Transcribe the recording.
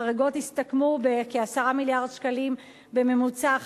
החריגות הסתכמו בכ-10 מיליארד שקלים בממוצע.